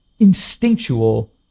Instinctual